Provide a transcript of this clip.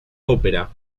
ópera